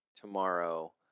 tomorrow